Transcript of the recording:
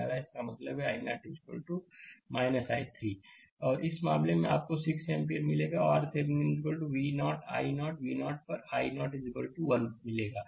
slide समय देखें 2756 तो इस मामले में आपको 6 एम्पियर और RThevenin V0 i0 V0 पर i0 1 मिलेगा